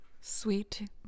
sweet